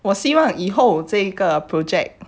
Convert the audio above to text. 我希望以后这个 project